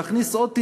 להכניס עוד טילים,